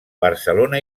barcelona